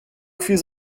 fiz